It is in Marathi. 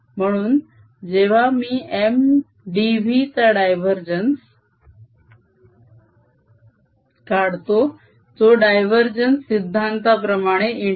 म्हणून जेव्हा मी Mdv चा डायवरजेन्स काढतो जो डायवरजेन्स सिद्धांताप्रमाणे ∫M